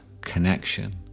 connection